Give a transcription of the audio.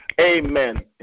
Amen